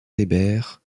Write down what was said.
hébert